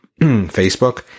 facebook